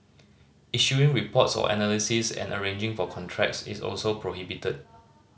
issuing reports or analysis and arranging for contracts is also prohibited